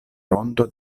rondo